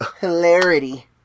Hilarity